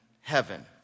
heaven